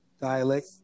dialect